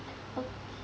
okay